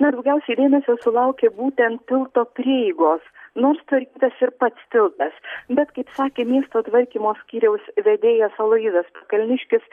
na ir daugiausiai dėmesio sulaukė būtent tilto prieigos nors sutvarkytas ir pats tiltas bet kaip sakė miesto tvarkymo skyriaus vedėjas aloyzas pakalniškis